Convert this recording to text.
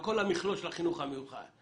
כל המכלול של החינוך המיוחד.